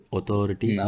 Authority